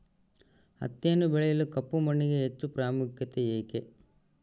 ಹತ್ತಿಯನ್ನು ಬೆಳೆಯಲು ಕಪ್ಪು ಮಣ್ಣಿಗೆ ಹೆಚ್ಚು ಪ್ರಾಮುಖ್ಯತೆ ಏಕೆ?